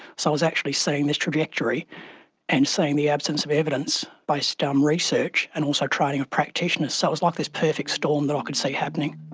so i was actually seeing this trajectory and seeing the absence of evidence based on um research and also training of practitioners, so it was like this perfect storm that i could see happening.